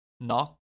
Knock